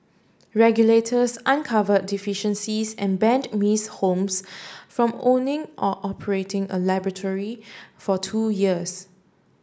regulators uncovered deficiencies and banned Miss Holmes from owning or operating a laboratory for two years